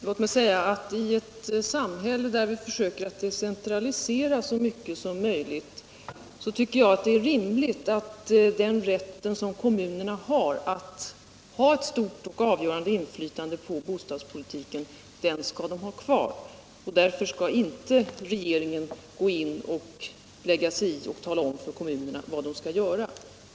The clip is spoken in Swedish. Herr talman! I ett samhälle där vi försöker decentralisera så mycket som möjligt tycker jag att det är rimligt att kommunerna skall ha kvar den rätt till ett stort avgörande inflytande på bostadspolitiken som de nu har. Därför skall inte regeringen lägga sig i och tala om för kommunerna vad de skall göra.